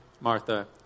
Martha